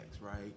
right